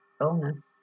illness